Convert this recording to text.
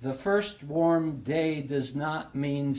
the first warm day does not mean